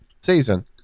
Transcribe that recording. season